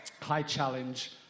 high-challenge